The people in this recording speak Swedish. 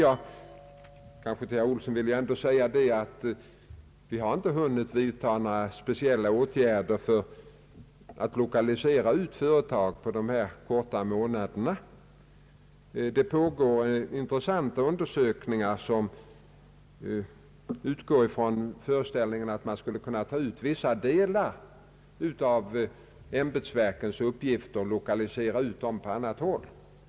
Men till herr Olsson vill jag ändå säga att vi under den korta tid på några månader som stått oss till buds inte hunnit vidtaga några speciella åtgärder för att verkställa företagslokalisering. Det pågår intressanta undersökningar med utgångspunkt från uppfattningen att man skall kunna ta ut vissa delar av ämbetsverkens uppgifter för att lokalisera denna verksamhet på annat håll.